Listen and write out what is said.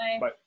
Bye